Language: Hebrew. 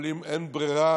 אבל אם אין ברירה